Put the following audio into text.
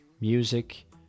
music